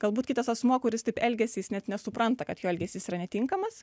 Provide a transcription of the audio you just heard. galbūt kitas asmuo kuris taip elgiasi jis net nesupranta kad jo elgesys yra netinkamas